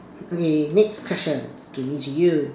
okay next question to me to you